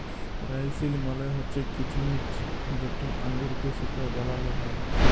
রাইসিল মালে হছে কিছমিছ যেট আঙুরকে শুঁকায় বালাল হ্যয়